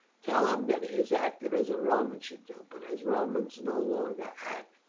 tell him that he has acted as a roman should do, but as romans no longer act,